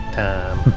time